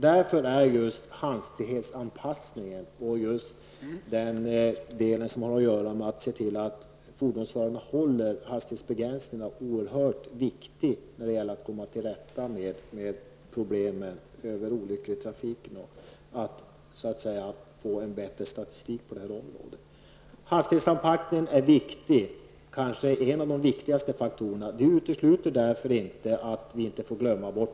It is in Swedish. Det är således oerhört viktigt att se till att förarna håller sig inom den tillåtna hastigheten. Det kan i sin tur bidra till att förbättra olycksstatistiken. Hastighetsanpassningen är kanske den viktigaste faktorn när det gäller att undvika olyckor.